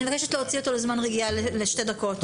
אני מבקשת להוציא אותו להירגע בחוץ לשתי דקות.